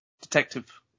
Detective